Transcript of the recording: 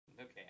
Okay